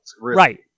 Right